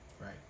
Right